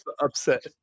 upset